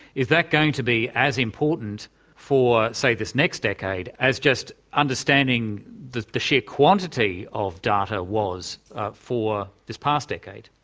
is that going to be as important for say this next decade as just understanding the the sheer quantity of data was for this past decade?